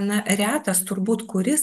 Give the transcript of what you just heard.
na retas turbūt kuris